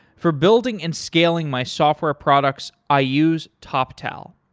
for building and scaling my software products i use toptal.